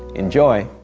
enjoy.